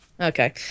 Okay